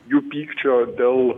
jų pykčio dėl